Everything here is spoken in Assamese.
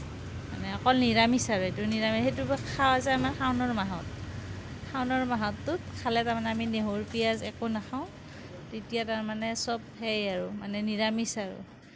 মানে অকল নিৰামিষ আৰু সেইটো নিৰামিষ সেইটোৰ পৰা খোৱা যায় আমাৰ শাওনৰ মাহত শাওনৰ মাহটোত খালে মানে আমি নহৰু পিঁয়াজ একো নাখাওঁ তেতিয়া তাৰমানে সব সেই আৰু মানে নিৰামিষ আৰু